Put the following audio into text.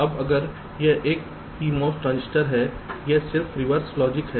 अब अगर यह एक पीएमओएस ट्रांजिस्टर है यह सिर्फ रिवर्स लॉजिक है